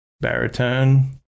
baritone